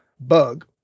bug